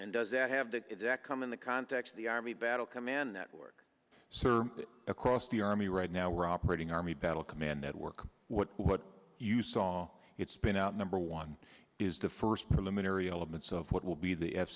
and does that have the that come in the context of the army battle command network sir across the army right now we're operating on battle command network what what you saw it's been out number one is the first preliminary elements of what will be the f